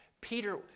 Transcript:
Peter